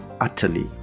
utterly